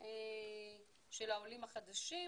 לער"ן,